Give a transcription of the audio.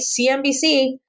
CNBC